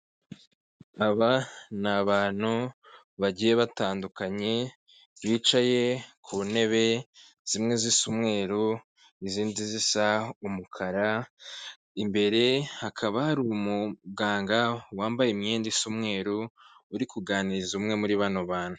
Aba ni abantu bagiye batandukanye, bicaye ku ntebe, zimwe zisa umweru, izindi zisa umukara, imbere hakaba hari umuganga, wambaye imyenda isa umweru, uri kuganiriza umwe muri bano bantu.